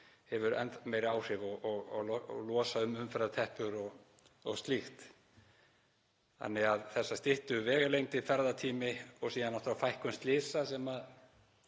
hefur kannski meiri áhrif og losar um umferðarteppur og slíkt, þannig að þessar styttu vegalengdir, ferðatími og síðan náttúrlega fækkun slysa, sem